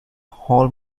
hall